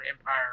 empire